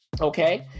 Okay